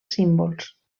símbols